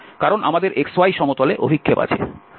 কারণ আমাদের xy সমতলে অভিক্ষেপ আছে